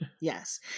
yes